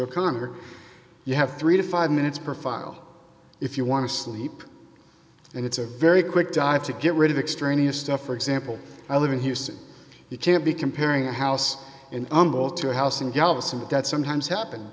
o'connor you have three to five minutes profile if you want to sleep and it's a very quick dive to get rid of extraneous stuff for example i live in houston you can't be comparing a house in unbolt to a house in galveston that sometimes happened